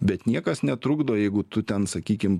bet niekas netrukdo jeigu tu ten sakykim